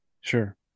Sure